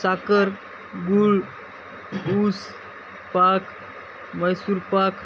साखर गुळ ऊस पाक मैसूर पाक